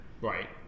right